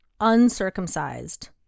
uncircumcised